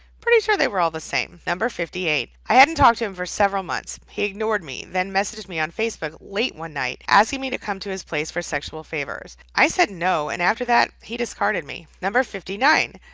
pretty sure they were all the same. number fifty eight, i hadn't talked to him for several months. he ignored me then messaged me on facebook late one night asking me to come to his place for sexual favors! i said no and after that he discarded me. number fifty nine,